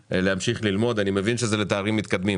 בוקר טוב, אני מתכבד לפתוח את ישיבת ועדת הכספים.